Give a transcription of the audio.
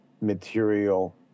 material